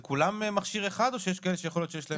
זה כולם מכשיר אחד או שיכול להיות שיש כאלה שיש להם יותר?